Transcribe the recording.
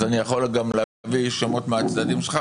אז אני יכול להביא גם שמות מהצדדים שלך,